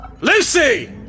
Lucy